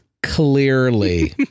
Clearly